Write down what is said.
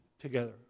together